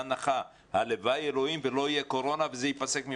בהנחה שאנחנו נהיה באותה שגרה של קורונה.